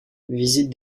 visite